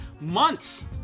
months